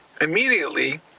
immediately